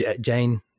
Jane –